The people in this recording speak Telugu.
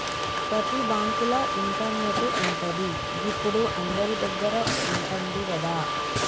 ప్రతి బాంకుల ఇంటర్నెటు ఉంటది, గిప్పుడు అందరిదగ్గర ఉంటంది గదా